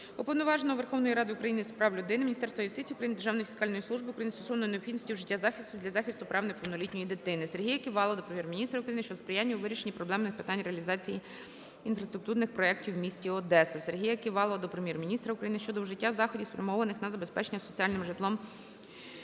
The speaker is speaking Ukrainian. Уповноваженого Верховної Ради України з прав людини, Міністерства юстиції України, Державної фіскальної служби України стосовно необхідності вжиття заходів для захисту прав неповнолітньої дитини. Сергія Ківалова до Прем'єр-міністра України щодо сприяння у вирішенні проблемних питань реалізації інфраструктурних проектів у місті Одеса. Сергія Ківалова до Прем'єр-міністра України щодо вжиття заходів, спрямованих на забезпечення соціальним житлом